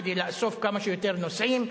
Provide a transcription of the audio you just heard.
כדי לאסוף כמה שיותר נוסעים,